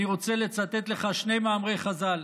אני רוצה לצטט לך שני מאמרי חז"ל: